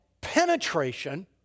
penetration